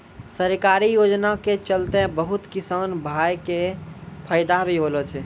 सरकारी योजना के चलतैं बहुत किसान भाय कॅ फायदा भी होलो छै